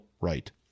right